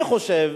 אני חושב